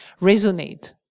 Resonate